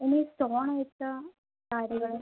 ഇനി ഈ സ്റ്റോൺ വെച്ച സാരികൾ